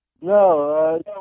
no